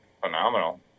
phenomenal